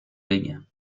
بگم